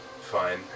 fine